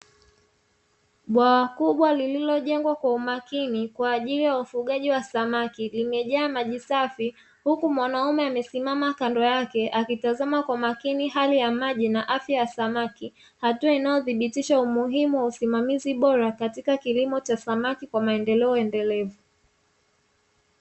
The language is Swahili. Bwawa kubwa lililojengwa kwa umakini kwa ajili ya ufugaji wa samaki, limejaa maji safi. Huku mwanaume amesimama kando yake, akitizama kwa makini hali ya maji na afya ya samaki, hatua inayodhibitisha umuhimu wa usimamizi bora katika kilimo cha samaki kwa maendeleo endelevu.